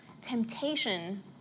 temptation